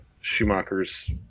schumacher's